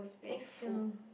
thank you